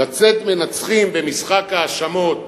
לצאת מנצחים במשחק האשמות,